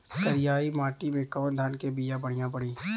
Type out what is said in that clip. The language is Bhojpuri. करियाई माटी मे कवन धान के बिया बढ़ियां पड़ी?